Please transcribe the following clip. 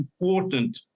important